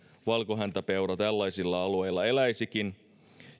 valkohäntäpeura tällaisilla alueilla eläisikin